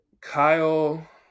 Kyle